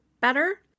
better